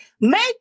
make